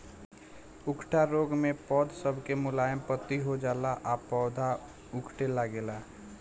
उकठा रोग मे पौध सब के मुलायम पत्ती हो जाला आ पौधा उकठे लागेला